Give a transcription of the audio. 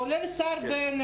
כולל השר בנט,